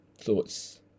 thoughts